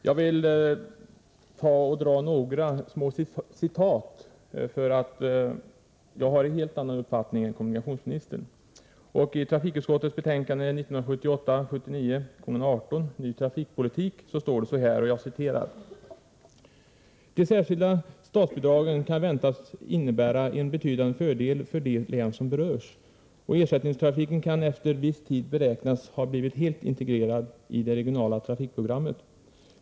Jag vill då anföra några små citat — jag har en helt annan uppfattning än kommunikationsministern. ”De särskilda statsbidragen kan väntas innebära en betydande fördel för de län som berörs, och ersättningstrafiken kan efter viss tid beräknas ha blivit helt integrerad i det regionala trafikprogrammet.